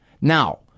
Now